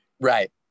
Right